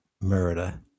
murder